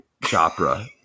Chopra